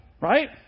Right